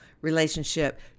relationship